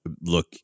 look